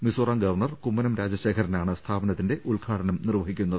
Mizoram governor Kummanam രാജശേഖരനാണ് സ്ഥാപനത്തിന്റെ ഉദ്ഘാടനം നിർവഹിക്കുന്നത്